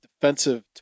defensive